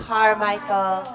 Carmichael